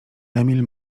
emil